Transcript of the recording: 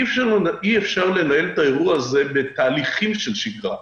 אי אפשר לנהל את האירוע הזה כתהליכים של שגרה.